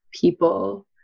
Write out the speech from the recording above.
people